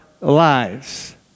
lives